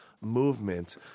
movement